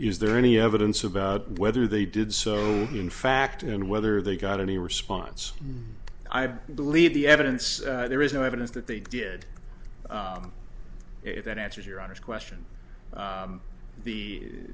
is there any evidence about whether they did so in fact and whether they got any response i believe the evidence there is no evidence that they did it that answers your honest question